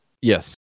Yes